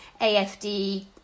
AFD